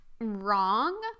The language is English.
wrong